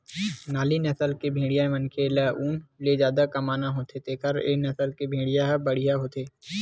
नाली नसल के भेड़िया मनखे ल ऊन ले जादा कमाना होथे तेखर ए नसल के भेड़िया ह बड़िहा होथे